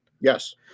yes